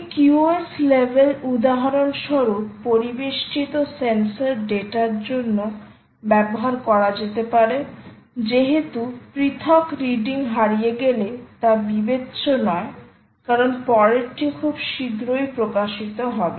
এই QoS level উদাহরণস্বরূপ পরিবেষ্টিত সেন্সর ডেটা র জন্য ব্যবহার করা যেতে পারে যেহেতু পৃথক রিডিং হারিয়ে গেলে তা বিবেচ্য নয় কারণ পরেরটি খুব শীঘ্রই প্রকাশিত হবে